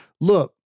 Look